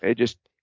ah just,